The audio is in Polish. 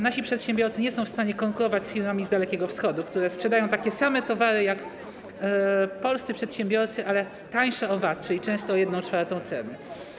Nasi przedsiębiorcy nie są w stanie konkurować z firmami z Dalekiego Wschodu, które sprzedają takie same towary jak polscy przedsiębiorcy, ale tańsze o VAT, czyli często o 1/4 ceny.